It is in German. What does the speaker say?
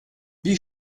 wie